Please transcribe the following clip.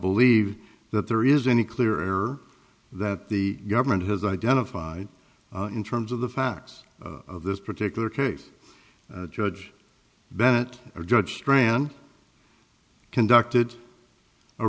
believe that there is any clear error that the government has identified in terms of the facts of this particular case judge bennett a judge strand conducted a